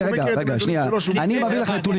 אני מביא לך נתונים.